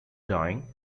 dying